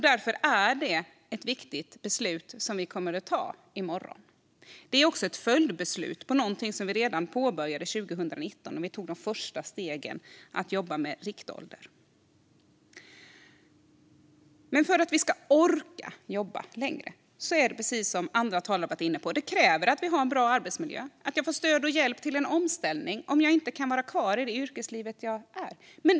Därför är det ett viktigt beslut som kommer att fattas i morgon. Det är ett följdbeslut av något som vi påbörjade 2019 då vi tog de första stegen mot att jobba med riktålder. För att vi ska orka jobba längre krävs det, precis som andra talare har varit inne på, att det är en bra arbetsmiljö, att vi kan få stöd och hjälp med en omställning om vi inte kan vara kvar i det yrke som vi har haft.